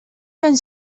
ben